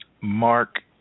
Mark